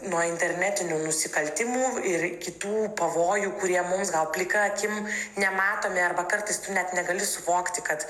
nuo internetinių nusikaltimų ir kitų pavojų kurie mums gal plika akim nematomi arba kartais tu net negali suvokti kad